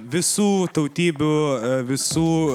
visų tautybių visų